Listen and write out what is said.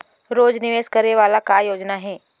रोज निवेश करे वाला का योजना हे?